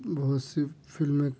بہت سی فلمیں